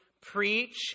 preach